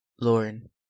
lauren